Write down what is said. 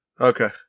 Okay